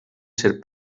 ser